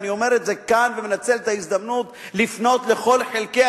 ואני אומר את זה כאן ומנצל את ההזדמנות לפנות לכל חלקי